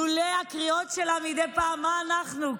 לולא הקריאות שלה מדי פעם, מה אנחנו?